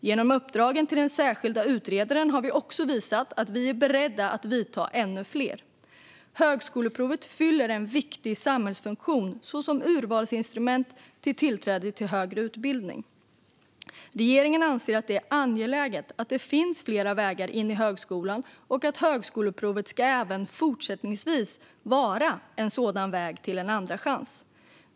Genom uppdragen till den särskilda utredaren har vi också visat att vi är beredda att vidta ännu fler. Högskoleprovet fyller en viktig samhällsfunktion som urvalsinstrument vid tillträde till högre utbildning. Regeringen anser att det är angeläget att det finns flera vägar in i högskolan, och högskoleprovet ska även fortsättningsvis vara en sådan väg till en andra chans.